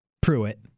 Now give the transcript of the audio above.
Pruitt